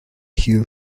hill